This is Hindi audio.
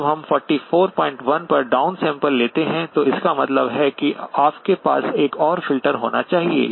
जब हम 441 पर डाउन सैंपल लेते हैं तो इसका मतलब है कि आपके पास एक और फ़िल्टर होना चाहिए